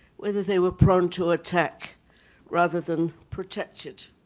whether they were prone to attack rather than protected.